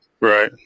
Right